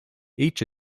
each